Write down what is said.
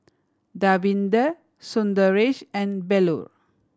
Davinder Sundaresh and Bellur